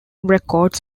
records